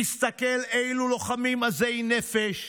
תסתכל אילו לוחמים עזי נפש,